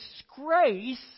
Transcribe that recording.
disgrace